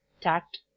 tact